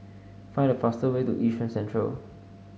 find the fast way to Yishun Central